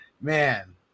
man